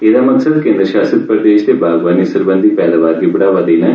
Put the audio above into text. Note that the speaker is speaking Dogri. इस दा मकसद केन्द्र शासित प्रदेश दे बागवानी सरबंधी उत्पादें गी बढ़ावा देना ऐ